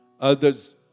others